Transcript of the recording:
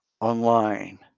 online